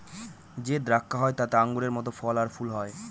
যে দ্রাক্ষা হয় তাতে আঙুরের মত ফল আর ফুল হয়